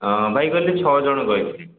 ହଁ ଭାଇ କହିଲି ଛଅ ଜଣ କହିଥିଲି